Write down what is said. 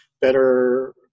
better